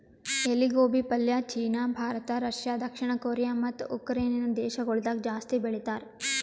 ಎಲಿ ಗೋಬಿ ಪಲ್ಯ ಚೀನಾ, ಭಾರತ, ರಷ್ಯಾ, ದಕ್ಷಿಣ ಕೊರಿಯಾ ಮತ್ತ ಉಕರೈನೆ ದೇಶಗೊಳ್ದಾಗ್ ಜಾಸ್ತಿ ಬೆಳಿತಾರ್